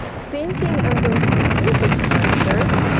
thinking i'm going to a music concert